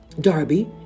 Darby